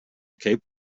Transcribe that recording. cape